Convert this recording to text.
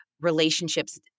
relationships